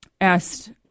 asked